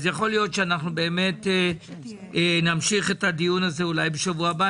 יכול להיות שנמשיך את הדיון הזה בשבוע הבא,